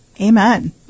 amen